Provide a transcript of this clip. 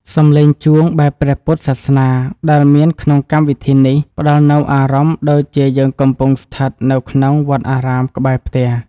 សំឡេងជួងបែបព្រះពុទ្ធសាសនាដែលមានក្នុងកម្មវិធីនេះផ្តល់នូវអារម្មណ៍ដូចជាយើងកំពុងស្ថិតនៅក្នុងវត្តអារាមក្បែរផ្ទះ។